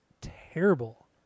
terrible